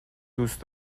دوست